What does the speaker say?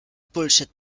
bullshit